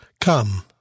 Come